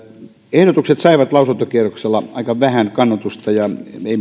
ehdotukset saivat lausuntokierroksella aika vähän kannatusta ja meillä ei